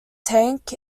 tank